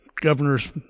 governor's